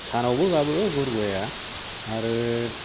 सानावबो गाबो गुरगुवाया आरो